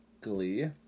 Glee